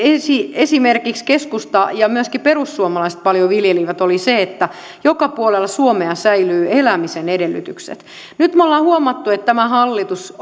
esimerkiksi keskusta ja myöskin perussuomalaiset paljon viljelivät oli se että joka puolella suomea säilyvät elämisen edellytykset nyt me olemme huomanneet että tämä hallitus